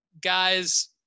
guys